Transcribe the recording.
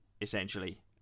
essentially